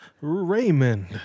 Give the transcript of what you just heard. Raymond